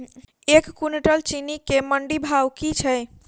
एक कुनटल चीनी केँ मंडी भाउ की छै?